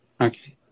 Okay